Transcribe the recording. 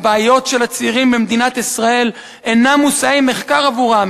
"הבעיות של הצעירים במדינת ישראל אינן מושאי מחקר עבורם",